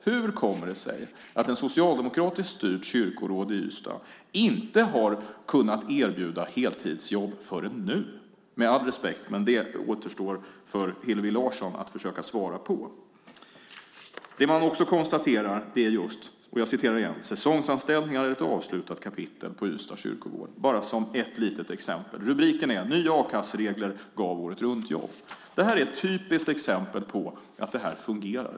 Hur kommer det sig att ett socialdemokratiskt styrt kyrkoråd i Ystad inte har kunnat erbjuda heltidsjobb förrän nu? Med all respekt, men det återstår för Hillevi Larsson att försöka svara på det. Man konstaterar också: Säsongsanställningar är ett avslutat kapitel på Ystads kyrkogård. Jag nämner detta som ett litet exempel. Rubriken är "Nya a-kasseregler gav åretruntjobb". Det här är ett typiskt exempel på att det här fungerar.